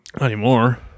anymore